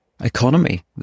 economy